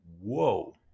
whoa